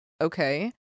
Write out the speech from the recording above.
okay